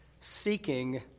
seeking